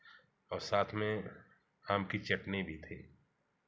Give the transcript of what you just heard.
और साथ में आम की चटनी भी थी